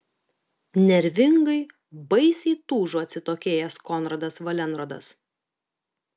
nervingai baisiai tūžo atsitokėjęs konradas valenrodas